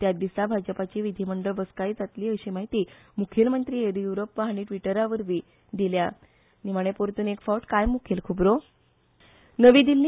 त्याचदिसा भाजपाची विधीमंडळ बसाकाय जातली अशी म्हायती मुखेलमंत्री येडियुरप्पा हाणी ट्विटरावरवी दिल्या